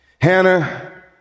Hannah